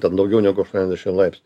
ten daugiau negu aštuoniasdešim laipsnių